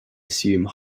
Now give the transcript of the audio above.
assume